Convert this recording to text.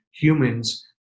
humans